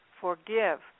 Forgive